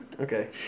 Okay